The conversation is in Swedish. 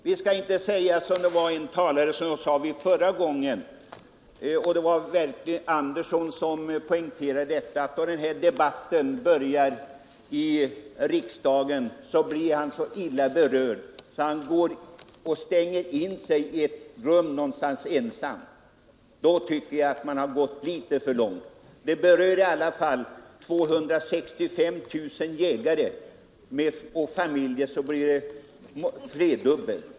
Vi skall inte säga som en talare sade förra gången frågan diskuterades — det var herr Andersson i Ljung som poängterade detta — att han fått veta av en ledamot att när den här debatten börjar i riksdagen, blev han så illa berörd att han gick och stängde in sig i ett rum. Det tycker jag är att gå litet för långt. Frågan berör i alla fall 265 000 jägare, och räknar man med deras familjer blir siffran tredubblad.